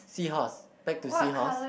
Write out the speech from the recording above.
sea horse back to sea horse